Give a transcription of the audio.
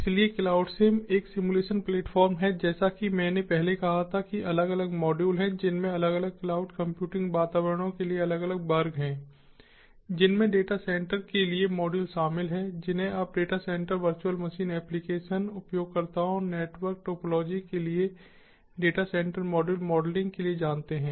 इसलिएक्लाउडसिम एक simulation platform है जैसा कि मैंने पहले कहा था कि अलग अलग मॉड्यूल हैं जिनमें अलग अलग क्लाउड कंप्यूटिंग वातावरणों के लिए अलग अलग वर्ग हैं जिनमें डेटा सेंटर के लिए मॉड्यूल शामिल हैं जिन्हें आप data centre virtual machine application उपयोगकर्ताओं नेटवर्क टोपोलॉजी के लिए डेटा सेंटर मॉड्यूल मॉडलिंग के लिए जानते हैं